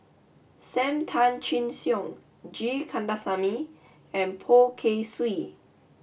Sam Tan Chin Siong G Kandasamy and Poh Kay Swee